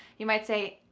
you might say,